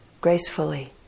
gracefully